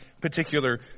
particular